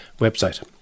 website